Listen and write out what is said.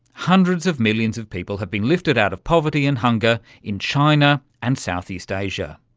hundreds of millions of people have been lifted out of poverty and hunger in china and southeast asia.